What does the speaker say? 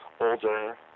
older